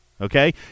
Okay